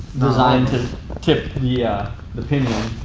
designed to tip the yeah the pin in.